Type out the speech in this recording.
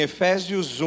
Efésios